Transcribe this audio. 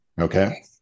Okay